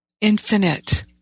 Infinite